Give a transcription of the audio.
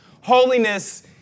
Holiness